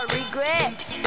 regrets